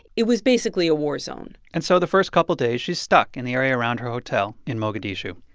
it was basically a war zone and so the first couple days, she's stuck in the area around her hotel in mogadishu.